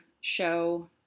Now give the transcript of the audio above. show